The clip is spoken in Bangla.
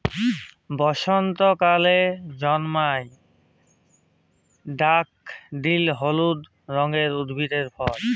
বসন্তকালে জল্ময় ড্যাফডিল হলুদ রঙের উদ্ভিদের ফুল